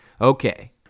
Okay